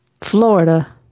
Florida